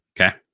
Okay